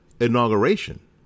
inauguration